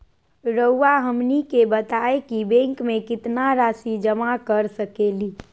रहुआ हमनी के बताएं कि बैंक में कितना रासि जमा कर सके ली?